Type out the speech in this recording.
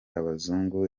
abazungu